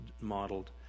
modeled